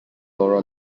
laura